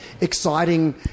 exciting